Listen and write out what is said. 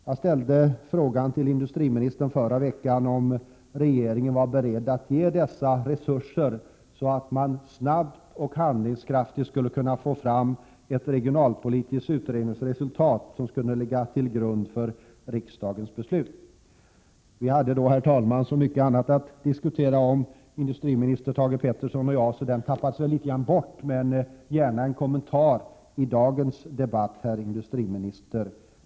Jag frågade industriministern förra veckan om regeringen var beredd att ge dessa resurser så att man snabbt och på ett handlingskraftigt sätt skulle kunna få fram ett regionalpolitiskt utredningsresultat som kunde ligga till grund för riksdagens beslut. Industriministern och jag hade vid det tillfället så mycket annat att diskutera att denna fråga kom bort, men jag vill gärna ha en kommentar i dagens debatt, herr industriminister.